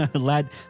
Lad